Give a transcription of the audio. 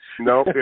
no